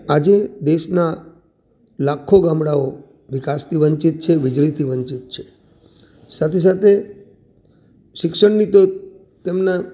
આજે દેશના લાખો ગામડાઓ વિકાસથી વંચિત છે વીજળીથી વંચિત છે સાથે સાથે શિક્ષણની તો તેમના